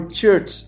church